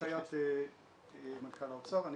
בכל מקרה על פי הנחיית מנכ"ל האוצר אני